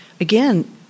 again